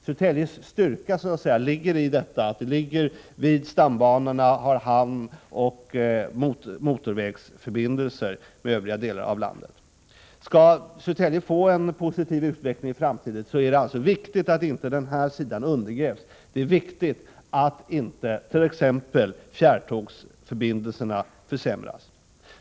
Södertäljes styrka är att kommunen ligger vid stambanorna, har hamn och motorvägsförbindelser med övriga delar av landet. Skall Södertälje få en positiv utveckling i framtiden är det viktigt att det här utgångsläget inte undergrävs. Det är viktigt att inte t.ex. fjärrtågsförbindelserna försämras.